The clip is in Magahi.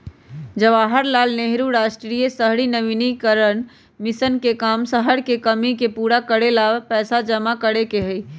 जवाहर लाल नेहरू राष्ट्रीय शहरी नवीकरण मिशन के काम शहर के कमी के पूरा करे ला पैसा जमा करे के हई